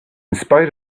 spite